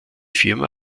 firma